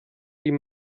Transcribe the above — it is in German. ihm